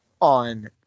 on